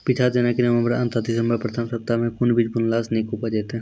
पीछात जेनाकि नवम्बर अंत आ दिसम्बर प्रथम सप्ताह मे कून बीज बुनलास नीक उपज हेते?